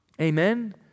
Amen